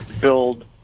build